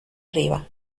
arriba